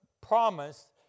promise